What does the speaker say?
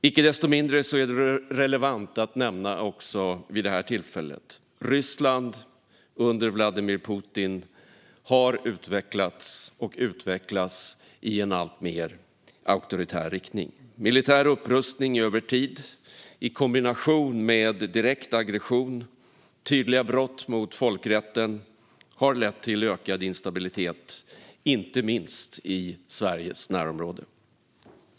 Icke desto mindre är det relevant att nämna också vid det här tillfället att Ryssland under Vladimir Putin har utvecklats och utvecklas i en alltmer auktoritär riktning. Militär upprustning över tid har i kombination med direkt aggression och tydliga brott mot folkrätten lett till ökad instabilitet, inte minst i Sveriges närområde.